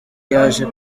yaje